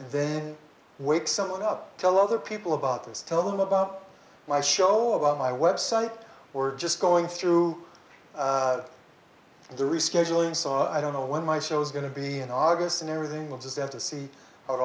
is wake someone up tell other people about this tell them about my show about my website we're just going through the rescheduling so i don't know when my show's going to be in august and everything we'll just have to see how it